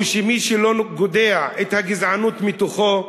הוא שמי שלא גודע את הגזענות בתוכו,